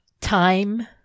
time